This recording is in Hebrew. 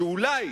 שאולי,